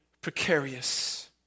precarious